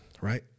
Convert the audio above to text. right